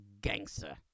gangster